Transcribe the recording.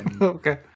Okay